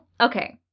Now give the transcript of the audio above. okay